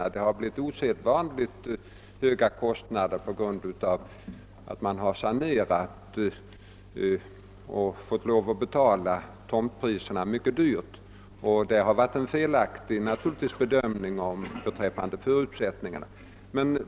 Kostnaderna har blivit osedvanligt höga, eftersom det rört sig om saneringsobjekt, varvid man fått lov att betala tomterna mycket dyrt. Man har i dessa fall gjort en felaktig bedömning av förutsättningarna.